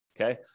okay